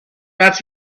that